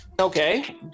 Okay